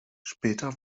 später